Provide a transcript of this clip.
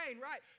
right